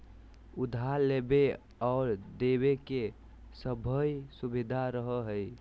उधार लेबे आर देबे के सभै सुबिधा रहो हइ